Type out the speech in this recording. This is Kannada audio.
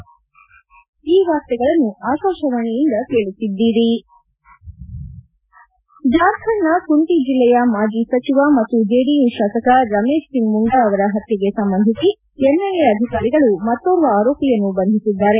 ಹೆಡ್ ಜಾರ್ಖಂಡ್ನ ಕುಂತಿ ಜಿಲ್ಲೆಯ ಮಾಜಿ ಸಚಿವ ಮತ್ತು ಜೆಡಿಯು ಶಾಸಕ ರಮೇಶ್ ಸಿಂಗ್ ಮುಂಡಾ ಅವರ ಹತ್ತೆಗೆ ಸಂಬಂಧಿಸಿ ಎನ್ಐಎ ಅಧಿಕಾರಿಗಳು ಮತ್ತೋರ್ವ ಆರೋಪಿಯನ್ನು ಬಂಧಿಸಿದ್ದಾರೆ